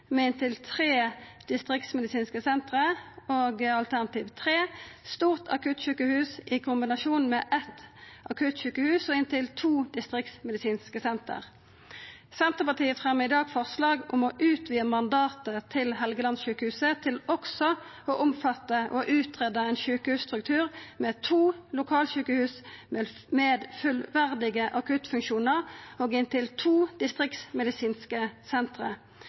med inntil tre distriktsmedisinske senter og alt. 3: eitt stort akuttsjukehus i kombinasjon med eitt akuttsjukehus og inntil to distriktsmedisinske senter. Senterpartiet fremjar i dag saman med Arbeidarpartiet forslag om å utvida mandatet til Helgelandssjukehuset til også å omfatta å utgreia ein sjukehusstruktur med to lokalsjukehus med fullverdige akuttfunksjonar og inntil to distriktsmedisinske